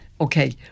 okay